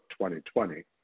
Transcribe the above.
2020